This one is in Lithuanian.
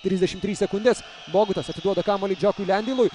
trisdešim trys sekundės bogutas atiduoda kamuolį džiokui lendeilui